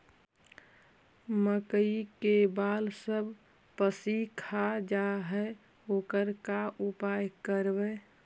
मकइ के बाल सब पशी खा जा है ओकर का उपाय करबै?